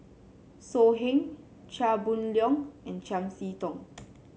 So Heng Chia Boon Leong and Chiam See Tong